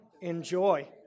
Enjoy